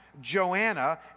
Joanna